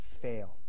fail